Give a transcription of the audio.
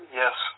yes